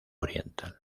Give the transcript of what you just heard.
oriental